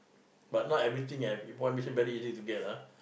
but not everything have information very easy to get lah ah